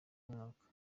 w’umwaka